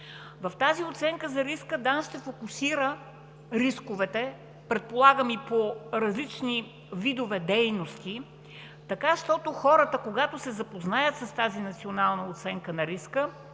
„Национална сигурност“ ще фокусира рисковете, предполагам и по различни видове дейности, така щото хората, когато се запознаят с тази национална оценка на риска